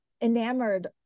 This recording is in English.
enamored